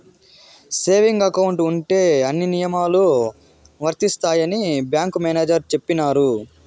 saving account ఉంటే అన్ని నియమాలు వర్తిస్తాయని బ్యాంకు మేనేజర్ చెప్పినారు